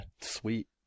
Sweet